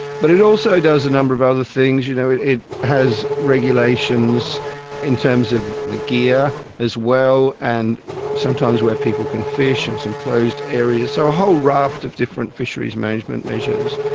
but it also does a number of other things. you know, it it has regulations in terms of the gear as well, and sometimes where people can fish and some closed areas, so a whole raft of different fisheries management measures,